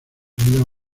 vida